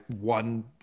one